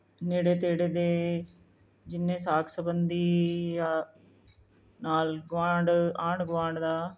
ਨੇੜੇ ਤੇੜੇ ਦੇ ਜਿੰਨੇ ਸਾਕ ਸੰਬੰਧੀ ਆ ਨਾਲ ਗੁਆਂਢ ਆਂਢ ਗੁਆਂਢ ਦਾ